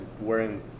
wearing